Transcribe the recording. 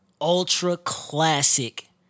ultra-classic